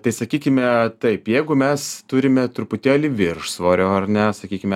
tai sakykime taip jeigu mes turime truputėlį viršsvorio ar ne sakykime